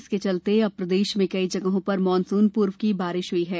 इसके चलते अब प्रदेश में कई जगहों पर मानसून पूर्व की बारिश हुई है